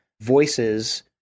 voices